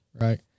right